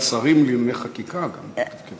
שרים לענייני חקיקה, מיקי.